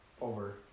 over